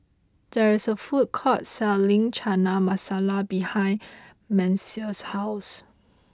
there is a food court selling Chana Masala behind Messiah's house